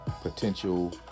potential